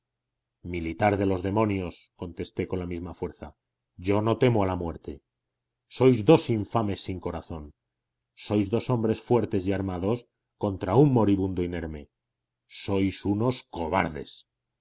militar de los demonios contesté con la misma fuerza yo no temo a la muerte sois dos infames sin corazón sois dos hombres fuertes y armados contra un moribundo inerme sois unos cobardes